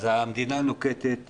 אז המדינה נוקטת יוזמה.